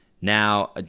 now